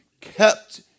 kept